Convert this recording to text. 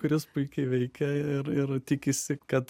kuris puikiai veikia ir ir tikisi kad